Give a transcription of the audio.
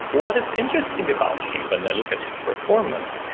what is interesting about him, when i look at his performance,